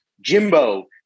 Jimbo